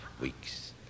weeks